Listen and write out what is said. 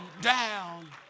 down